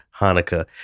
Hanukkah